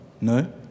No